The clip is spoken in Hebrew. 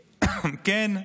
כן,